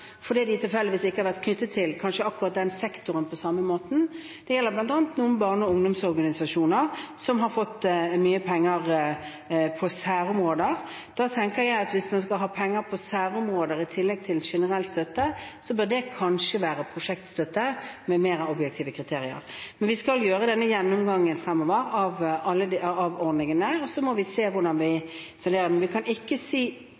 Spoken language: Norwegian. fordi de tilfeldigvis ikke har vært knyttet til kanskje akkurat den sektoren på samme måte. Det gjelder bl.a. noen barne- og ungdomsorganisasjoner, som har fått mye penger på særområder. Da tenker jeg at hvis man skal ha penger på særområder i tillegg til generell støtte, bør det kanskje være prosjektstøtte med mer objektive kriterier. Vi skal gjøre denne gjennomgangen fremover av ordningene, og så må vi se på hvordan vi